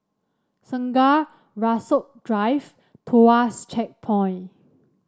Segar Rasok Drive Tuas Checkpoint